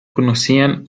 conocían